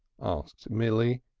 asked milly,